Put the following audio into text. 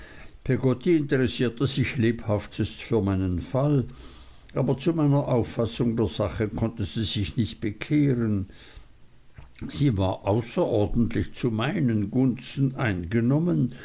peggotty interessierte sich lebhaftest für meinen fall aber zu meiner auffassung der sache konnte sie sich nicht bekehren sie war außerordentlich zu meinen gunsten eingenommen